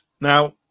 Now